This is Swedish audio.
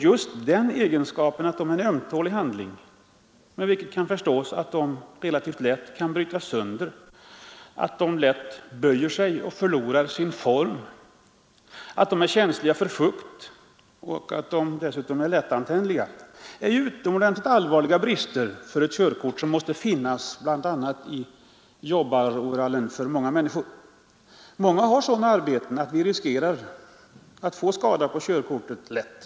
Just den egenskapen att de är ömtåliga handlingar — med vilket förstås att de relativt lätt kan brytas sönder, böjer sig i värme och förlorar sin form, är känsliga för fukt och dessutom lättantändliga — innebär utomordentligt allvarliga brister för ett körkort, som många människor måste förvara i jobbaroverallen. Många har sådana arbeten att de lätt riskerar att få körkortet skadat.